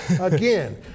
Again